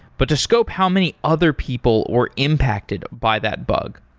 but to scope how many other people were impacted by that bug.